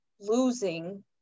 losing